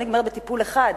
היא לא נגמרת בטיפול אחד,